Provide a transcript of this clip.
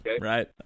right